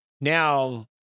now